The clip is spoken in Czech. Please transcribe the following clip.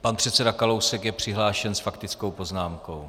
Pan předseda Kalousek je přihlášen s faktickou poznámkou.